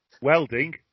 welding